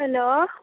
hello